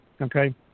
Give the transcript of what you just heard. okay